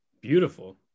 beautiful